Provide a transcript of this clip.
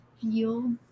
feel